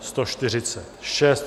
146.